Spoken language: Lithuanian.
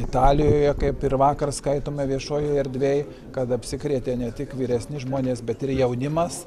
italijoje kaip ir vakar skaitome viešojoj erdvėj kad apsikrėtę ne tik vyresni žmonės bet ir jaunimas